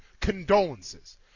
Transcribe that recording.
condolences